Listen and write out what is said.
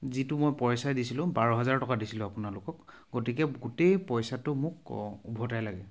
যিটো মই পইচা দিছিলোঁ বাৰ হেজাৰ টকা দিছিলোঁ আপোনালোকক গতিকে গোটেই পইচাটো মোক উভতাই লাগে